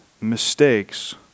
mistakes